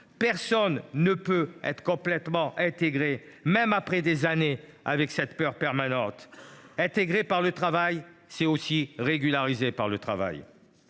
Personne ne peut être complètement intégré, même après des années, s’il est en proie à cette peur permanente ! Intégrer par le travail, c’est aussi régulariser par le travail